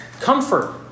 comfort